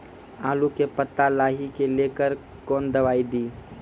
आलू के पत्ता लाही के लेकर कौन दवाई दी?